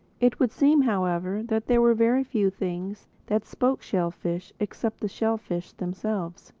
it would seem however that there were very few things that spoke shellfish except the shellfish themselves.